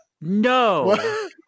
No